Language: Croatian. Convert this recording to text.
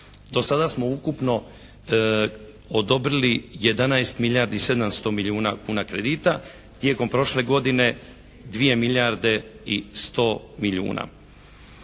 do sada smo ukupno odobrili 11 milijardi i 700 milijuna kuna kredita, tijekom prošle godine 2 milijarde i 100 milijuna.